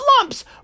lumps